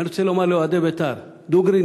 ואני רוצה לומר לאוהדי "בית"ר": דוגרי,